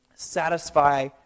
satisfy